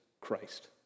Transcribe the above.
Christ